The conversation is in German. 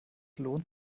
lohnt